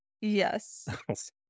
Yes